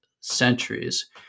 centuries